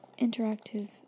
interactive